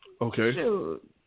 Okay